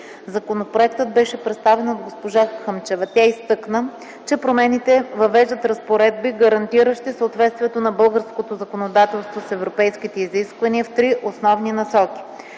Законопроектът беше представен от госпожа Хъмчева. Тя изтъкна, че промените въвеждат разпоредби, гарантиращи съответствието на българското законодателство с европейските изисквания в три основни насоки.